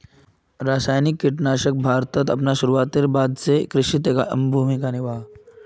रासायनिक कीटनाशक भारतोत अपना शुरुआतेर बाद से कृषित एक अहम भूमिका निभा हा